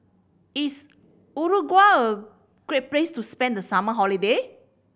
is Uruguay a great place to spend the summer holiday